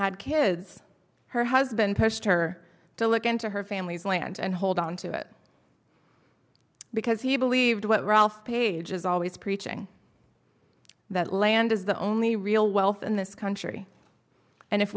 had kids her husband pushed her to look into her family's land and hold onto it because he believed what ralph pages always preaching that land is the only real wealth in this country and if